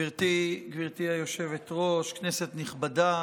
גברתי היושבת-ראש, כנסת נכבדה,